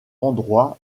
endroit